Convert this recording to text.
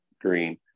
green